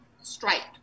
striped